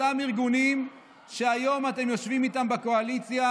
אותם ארגונים שהיום אתם יושבים איתם בקואליציה,